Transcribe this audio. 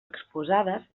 exposades